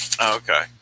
Okay